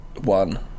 one